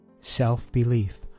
Self-belief